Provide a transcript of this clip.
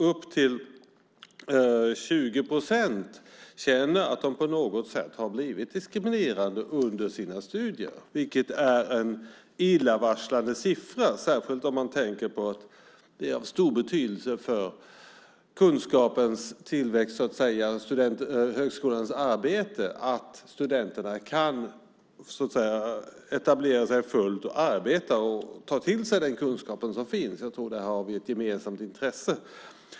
Upp till 20 procent känner att de på något sätt har blivit diskriminerade under sina studier. Det är en illavarslande siffra. Det gäller särskilt om man tänker på att det är av stor betydelse för kunskapens tillväxt och högskolans arbete att studenterna kan etablera sig fullt, arbeta och ta till sig den kunskap som finns. Där tror jag att vi har ett gemensamt intresse.